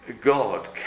God